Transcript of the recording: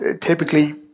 typically